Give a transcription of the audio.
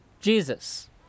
Jesus